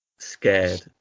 scared